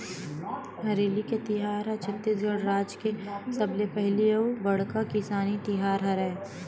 हरेली के तिहार ह छत्तीसगढ़ राज के सबले पहिली अउ बड़का किसानी तिहार हरय